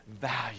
value